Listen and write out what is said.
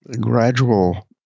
gradual